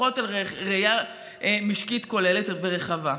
ופחות על ראייה משקית כוללת ורחבה.